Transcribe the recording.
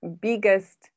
biggest